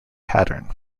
pattern